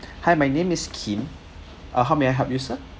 hi my name is Kim uh how may I help you sir